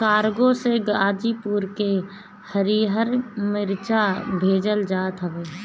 cargo से गाजीपुर के हरिहर मारीचा भेजल जात हवे